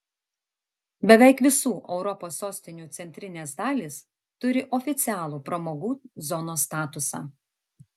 beveik visų europos sostinių centrinės dalys turi oficialų pramogų zonos statusą